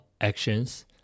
actions